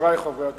חברי חברי הכנסת,